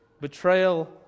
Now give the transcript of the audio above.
Betrayal